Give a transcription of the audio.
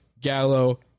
Gallo